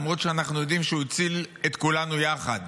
למרות שאנחנו יודעים שהוא הציל את כולנו יחד,